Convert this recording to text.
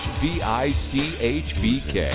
v-i-c-h-b-k